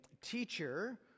teacher